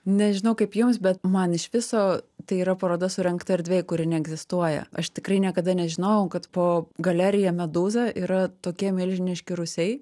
nežinau kaip jums bet man iš viso tai yra paroda surengta erdvėj kuri neegzistuoja aš tikrai niekada nežinojau kad po galerija medūza yra tokie milžiniški rūsiai